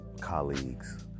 colleagues